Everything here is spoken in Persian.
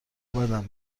بدم